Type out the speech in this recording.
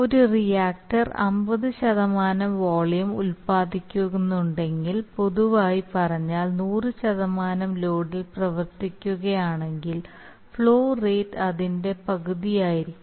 ഒരു റിയാക്ടർ അമ്പത് ശതമാനം വോളിയം ഉൽപാദിപ്പിക്കുന്നുണ്ടെങ്കിൽ പൊതുവായി പറഞ്ഞാൽ നൂറു ശതമാനം ലോഡിൽ പ്രവർത്തിക്കുകയാണെങ്കിൽ ഫ്ലോ റേറ്റ് അതിന്റെ പകുതിയായിരിക്കും